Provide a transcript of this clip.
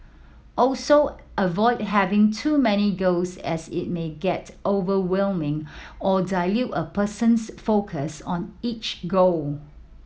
also avoid having too many goals as it may get overwhelming or dilute a person's focus on each goal